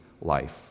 life